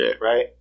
right